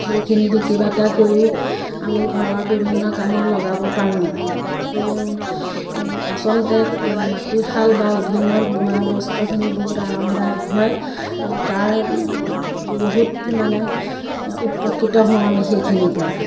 সেইখিনি বিক্ৰী বাৰ্তা কৰিও আমি ঘৰৰ বিভিন্ন কামত লগাব পাৰোঁ আচলতে মাটিশাল বা উভিঙত বোৱা বস্তুখিনি বহুত আৰামদায়ক হয় আৰু তাৰ বহুত মানে উপকৃত হওঁ আমি সেইখিনিৰ পৰা